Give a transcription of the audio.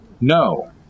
No